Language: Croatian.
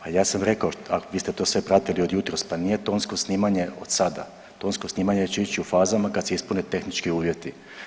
Ali ja sam rekao, vi ste sve to pratili od jutros pa nije tonsko snimanje od sada, tonsko snimanje će ići u fazama kad se ispune tehnički uvjeti.